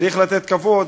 צריך לתת כבוד,